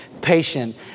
patient